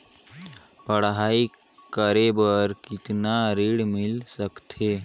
पढ़ाई करे बार कितन ऋण मिल सकथे?